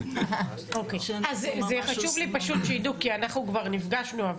חשוב לי פשוט שידעו כי אנחנו כבר נפגשנו,